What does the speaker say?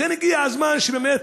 לכן הגיע הזמן שבאמת,